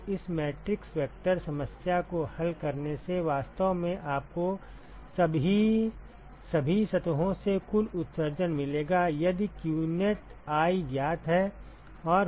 तो इस matrix vector समस्या को हल करने से वास्तव में आपको सभी सतहों से कुल उत्सर्जन मिलेगा यदि qneti ज्ञात है